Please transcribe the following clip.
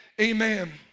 Amen